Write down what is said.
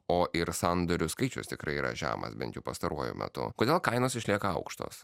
o ir sandorių skaičius tikrai yra žemas bent pastaruoju metu kodėl kainos išlieka aukštos